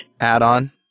add-on